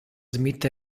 smith